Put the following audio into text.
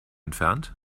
entfernt